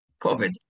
COVID